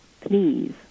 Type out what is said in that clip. please